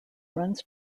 runs